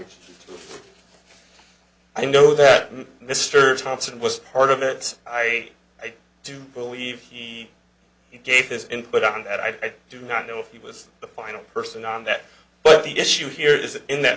why i know that mr thompson was part of it i do believe he gave his input on that i do not know if he was the final person on that but the issue here is that in that